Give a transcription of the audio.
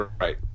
Right